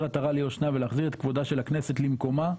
עטרה ליושנה ולהחזיר את כבודה של הכנסת למקומה,